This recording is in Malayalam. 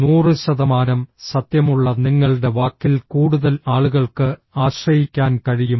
100 ശതമാനം സത്യമുള്ള നിങ്ങളുടെ വാക്കിൽ കൂടുതൽ ആളുകൾക്ക് ആശ്രയിക്കാൻ കഴിയും